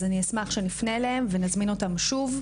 אני אשמח שנפנה אליהם ונזמין אותם שוב,